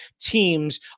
teams